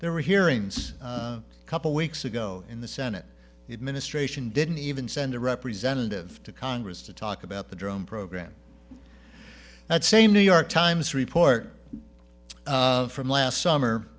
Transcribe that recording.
there were hearings a couple weeks ago in the senate the administration didn't even send a representative to congress to talk about the drone program that same new york times report from last summer